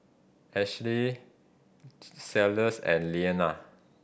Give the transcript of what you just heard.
Ashely Cellus and Leana